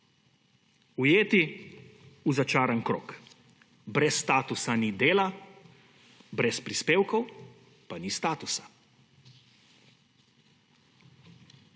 ujeti v začarani krog – brez statusa ni dela, brez prispevkov pa ni statusa.